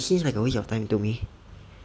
seems like a waste of time to me